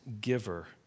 giver